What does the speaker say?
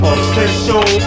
Official